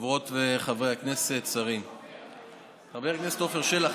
חבר הכנסת עפר שלח,